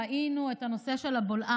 ראינו את הבולען.